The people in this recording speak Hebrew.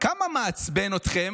כמה מעצבן אתכם,